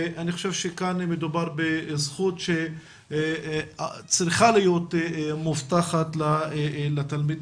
אני חושב שכאן מדובר בזכות שצריכה להיות מובטחת לתלמידים.